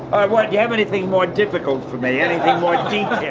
won't you have anything more difficult for me, anything more deep